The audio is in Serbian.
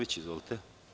Izvolite.